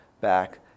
back